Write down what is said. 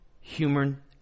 human